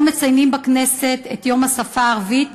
היום מציינים בכנסת את יום השפה הערבית,